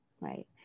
right